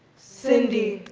cindy.